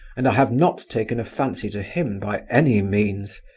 and i have not taken a fancy to him by any means.